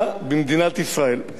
ואני חושב שאני צדקתי,